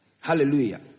Hallelujah